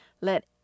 let